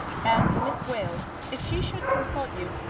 and, miss wales if she should consult you,